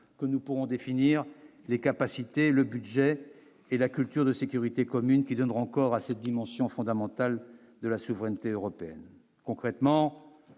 Nous pourrons définir les capacités, le budget et la culture de sécurité commune qui donneront corps à cette dimension fondamentale de la souveraineté européenne